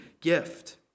gift